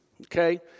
Okay